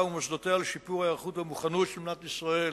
ומוסדותיה לשיפור ההיערכות והמוכנות של מדינת ישראל